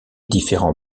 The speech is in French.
différents